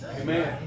Amen